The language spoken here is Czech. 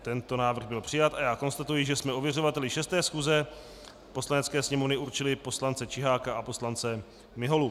Tento návrh byl přijat a já konstatuji, že jsme ověřovateli 6. schůze Poslanecké sněmovny určili poslance Čiháka a poslance Miholu.